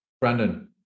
brandon